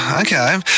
Okay